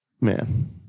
Man